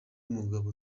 mugabo